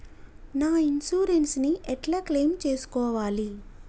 నా ఇన్సూరెన్స్ ని ఎట్ల క్లెయిమ్ చేస్కోవాలి?